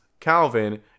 calvin